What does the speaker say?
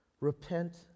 Repent